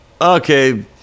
okay